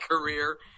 career